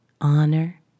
honor